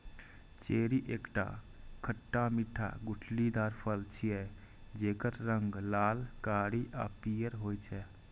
cherry एकटा खट्टा मीठा गुठलीदार फल छियै, जेकर रंग लाल, कारी आ पीयर होइ छै